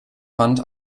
fand